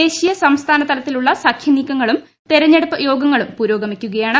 ദേശീയ സംസ്ഥാനതലത്തിലുള്ള സഖ്യനീക്കങ്ങളും തെരഞ്ഞെടുപ്പ് യോഗങ്ങളും പുരോഗമിക്കുകയാണ്